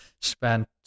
spent